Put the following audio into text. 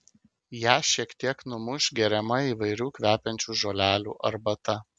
ją šiek tiek numuš geriama įvairių kvepiančių žolelių arbata